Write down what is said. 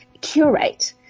curate